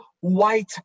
white